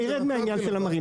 בסדר, נתתי לך.